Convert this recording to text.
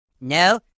No